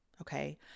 Okay